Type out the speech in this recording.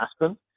Aspen